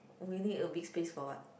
we need a big space for what